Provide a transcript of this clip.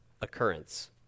occurrence